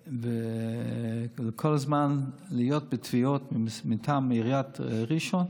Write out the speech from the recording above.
וכל הזמן להיות בתביעות מטעם עיריית ראשון?